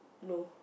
no